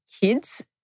kids